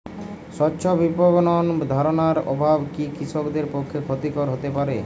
স্বচ্ছ বিপণন ধারণার অভাব কি কৃষকদের পক্ষে ক্ষতিকর হতে পারে?